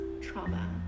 trauma